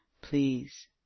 Please